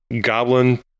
goblin